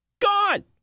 Gone